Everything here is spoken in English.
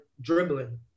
dribbling